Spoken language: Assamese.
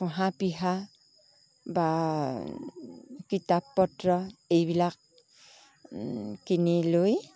ঘঁহা পিহা বা কিতাপ পত্ৰ এইবিলাক কিনি লৈ